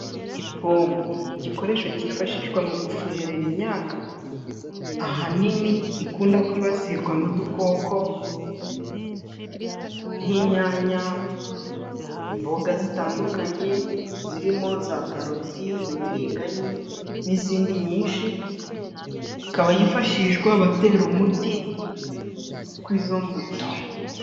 Ipombo, igikoresho cyifashishwa mu gufuhera imyaka, ahanini ikunda kwibasirwa n'udukoko nk'inyanya, imboga zitandukanye zirimo za karoti, ibibiringanyi n'izindi nyinshi, ikaba yifashishwa batera umuti kuri izo mbuto.